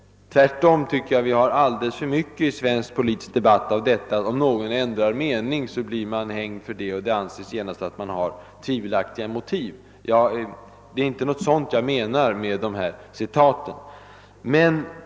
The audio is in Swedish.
Tvärtom har vi i svensk debatt alldeles för mycket av detta, att om någon ändrar mening blir han hängd för det, och det antyds genast att han har tvivelaktiga motiv. Det är inte min mening med dessa citat.